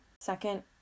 Second